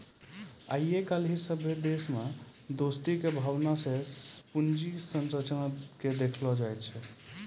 आइ काल्हि सभ्भे देश अपना मे दोस्ती के भावना से पूंजी संरचना के देखै छै